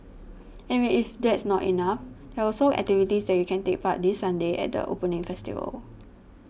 and if that's not enough there are also activities that you can take part this Sunday at their opening festival